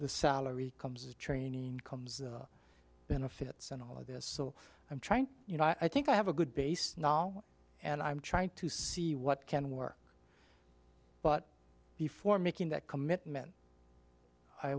the salary comes the training comes benefits and all of this so i'm trying you know i think i have a good base now and i'm trying to see what can work but before making that commitment i